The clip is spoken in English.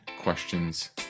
questions